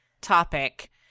topic